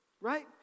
right